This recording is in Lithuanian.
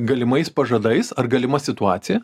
galimais pažadais ar galima situacija